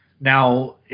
Now